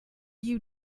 you